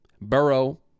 Burrow